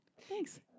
Thanks